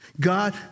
God